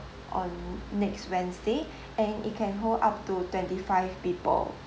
on next wednesday and it can hold up to twenty five people